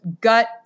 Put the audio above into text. gut